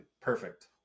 Perfect